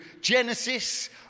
Genesis